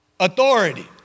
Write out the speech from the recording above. Authority